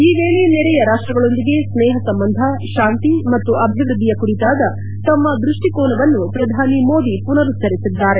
ಈ ವೇಳೆ ನೆರೆಯ ರಾಷ್ಟಗಳೊಂದಿಗೆ ಸ್ನೇಹ ಸಂಬಂಧ ಶಾಂತಿ ಮತ್ತು ಅಭಿವೃದ್ದಿಯ ಕುರಿತಾದ ತಮ್ಮ ದೃಷ್ಟಿಕೋನವನ್ನು ಪ್ರಧಾನಿ ಮೋದಿ ಪುನರುಚ್ಚರಿಸಿದ್ದಾರೆ